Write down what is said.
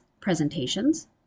presentations